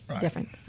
different